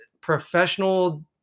professional